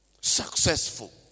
successful